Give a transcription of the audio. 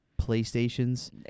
PlayStations